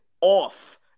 off